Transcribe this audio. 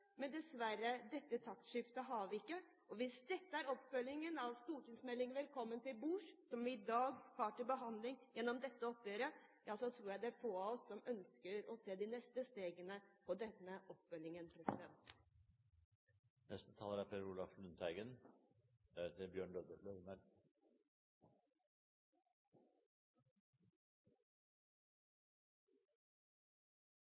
men dessverre har vi ikke et taktskifte. Hvis dette er oppfølging av stortingsmeldingen Velkommen til bords, som vi i dag har til behandling gjennom dette oppgjøret, tror jeg det er få av oss som ønsker å se de neste stegene på denne oppfølgingen. Jeg vil understreke at omstilling er